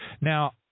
Now